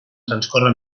transcórrer